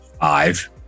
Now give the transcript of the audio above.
Five